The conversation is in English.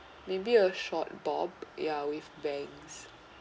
maybe a short bob ya with banks